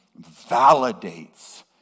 validates